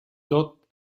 tot